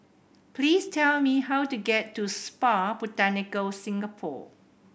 please tell me how to get to Spa Botanica Singapore